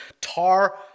Tar